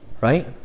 Right